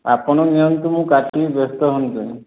ଆପଣ ନିଅନ୍ତୁ ମୁଁ କାଟିବି ବ୍ୟସ୍ତ ହୁଅନ୍ତୁ ନାହିଁ